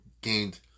gained